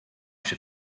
się